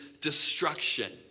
destruction